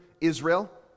Israel